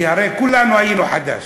כי הרי כולנו היינו חד"ש,